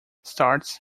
starts